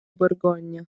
borgogna